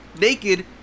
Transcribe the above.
naked